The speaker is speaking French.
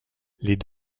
les